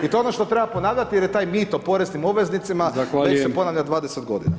I to je ono što treba ponavljati, jer je taj mito poreznim obveznicima, već se ponavlja 20 godina.